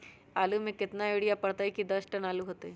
आलु म केतना यूरिया परतई की दस टन आलु होतई?